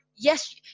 Yes